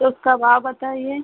तो उसका भाव बताइए